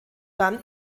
dann